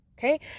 Okay